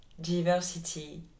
diversity